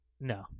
No